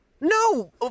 No